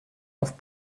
auf